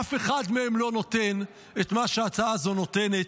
אף אחד מהם לא נותן את מה שההצעה הזאת נותנת,